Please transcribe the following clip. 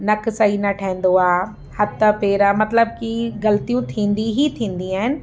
नक सही न ठहंदो आहे हथु पेरु मतलबु कि ग़लतियूं थींदी ई थींदी आहिनि